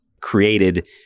created